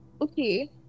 Okay